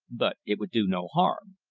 but it would do no harm.